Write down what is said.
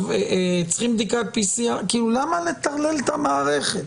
צריכים בדיקת PCR. למה לטרלל את המערכת?